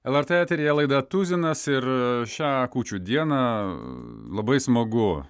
lrt eteryje laida tuzinas ir šią kūčių dieną labai smagu